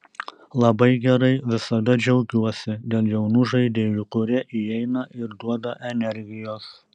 labai gerai visada džiaugiuosi dėl jaunų žaidėjų kurie įeina ir duoda energijos